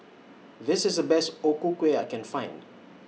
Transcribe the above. This IS The Best O Ku Kueh I Can Find